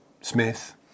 Smith